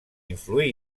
influir